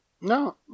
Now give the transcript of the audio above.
No